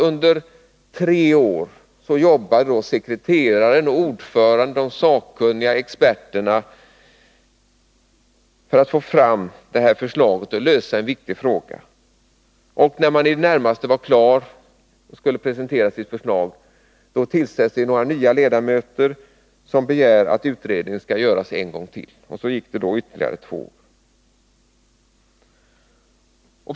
Under tre år jobbar sekreteraren, ordföranden, de sakkunniga och experterna för att få fram ett förslag och lösa en viktig fråga, men när man är i det närmaste klar och skall presentera sitt förslag tillsätts några nya ledamöter som begär att utredningen skall göras en gång till. Så gick ytterligare två år.